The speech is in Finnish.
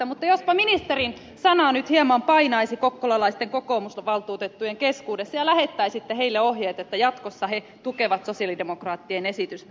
mutta jospa ministerin sana nyt hieman painaisi kokkolalaisten kokoomusvaltuutettujen keskuudessa ja lähettäisitte heille ohjeet että jatkossa he tukevat sosialidemokraattien esitystä